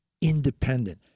independent